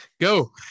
go